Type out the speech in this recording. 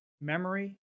memory